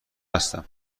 هستم